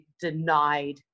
denied